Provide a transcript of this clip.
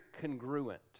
congruent